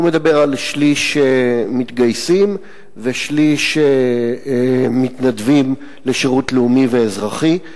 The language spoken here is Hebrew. הוא מדבר על שליש מתגייסים ושליש מתנדבים לשירות לאומי ואזרחי,